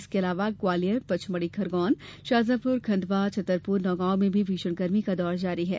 इसके अलावा ग्वालियर पंचमढी खरगोन शाजापुर खंडवा छतरपुर नौगांव में भी भीषण गर्मी का दौर जारी है